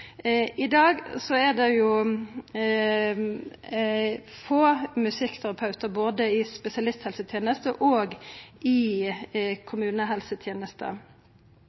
I dag er det få musikkterapeutar både i spesialisthelsetenesta og i